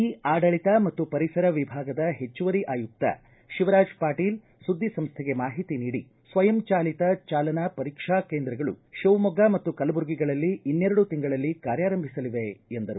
E ಆಡಳಿತ ಮತ್ತು ಪರಿಸರ ವಿಭಾಗದ ಹೆಚ್ಚುವರಿ ಆಯುಕ್ತ ಶಿವರಾಜ್ ಪಾಟೀಲ್ ಸುದ್ದಿ ಸಂಸ್ಥೆಗೆ ಮಾಹಿತಿ ನೀಡಿ ಸ್ವಯಂ ಚಾಲತ ಚಾಲನಾ ಪರೀಕ್ಷಾ ಕೇಂದ್ರಗಳು ಶಿವಮೊಗ್ಗ ಮತ್ತು ಕಲಬುರಗಿಗಳಲ್ಲಿ ಇನ್ನೆರಡು ತಿಂಗಳಲ್ಲಿ ಕಾರ್ಯಾರಂಭಿಸಲಿವೆ ಎಂದರು